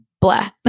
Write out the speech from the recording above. blah